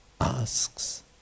asks